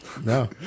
No